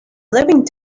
leaving